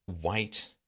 white